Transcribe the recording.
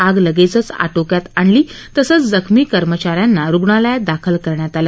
आग लगब्रच आटोक्यात आणली तसंच जखमी कर्मचा यांना रुग्णालयात दाखल करण्यात आलं